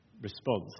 response